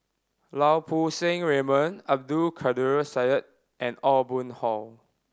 Lau Poo Seng Raymond Abdul Kadir Syed and Aw Boon Haw